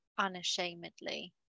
unashamedly